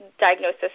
diagnosis